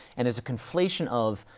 and there's a conflation of,